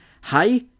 Hi